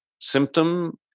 Symptom